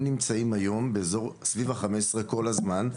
הם נמצאים היום באזור סביב ה- 15 כל הזמן,